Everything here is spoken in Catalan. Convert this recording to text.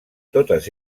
totes